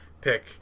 pick